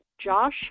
Josh